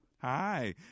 Hi